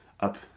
Up